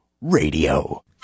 Radio